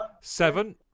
Seven